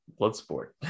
Bloodsport